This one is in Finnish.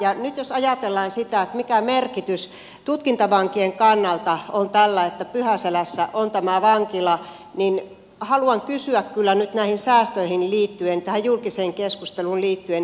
nyt jos ajatellaan sitä mikä merkitys tutkintavankien kannalta on tällä että pyhäselässä on tämä vankila niin haluan kysyä kyllä nyt näihin säästöihin liittyen tähän julkiseen keskusteluun liittyen